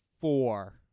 four